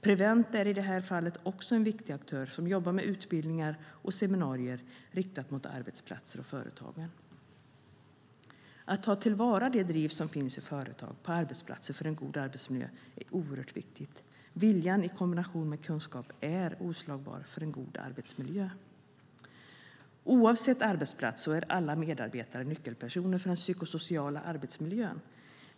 Prevent är i det här fallet också en viktig aktör som jobbar med utbildningar och seminarier för arbetsplatser och företag. Att ta till vara det driv som finns i företag, på arbetsplatser, för en god arbetsmiljö är oerhört viktigt. Vilja i kombination med kunskap är oslagbart för en god arbetsmiljö. Oavsett arbetsplats är alla medarbetare nyckelpersoner för den psykosociala arbetsmiljön.